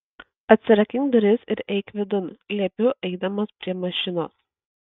atsirakink duris ir eik vidun liepiu eidamas prie mašinos